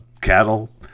cattle